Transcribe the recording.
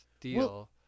deal